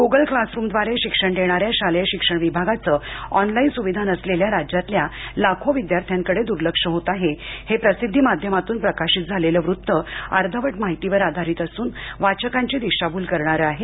Google क्लासरूमद्वारे शिक्षण देणाऱ्या शालेय शिक्षण विभागाचं ऑनलाईन सुविधा नसलेल्या राज्यातल्या लाखो विद्यार्थ्यांकडे दूर्लक्ष होत आहे हे प्रसिद्धी माध्यमातून प्रकाशित झालेलं वृत्त अर्धवट माहितीवर आधारित असून वाचकांची दिशाभूल करणारे आहे